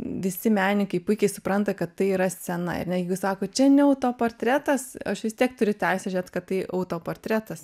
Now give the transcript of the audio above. visi menininkai puikiai supranta kad tai yra scena ir na jeigu sako čia ne autoportretas aš vis tiek turiu teisę žėt kad tai autoportretas